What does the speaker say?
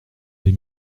des